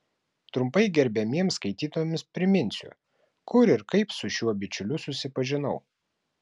trumpai gerbiamiems skaitytojams priminsiu kur ir kaip su šiuo bičiuliu susipažinau